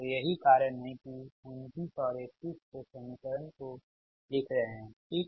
तो यही कारण है की 29 और 31 को समीकरण को लिख रहे हैं ठीक